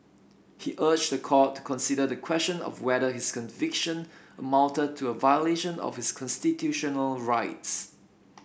he urged the court to consider the question of whether his conviction amounted to a violation of his constitutional rights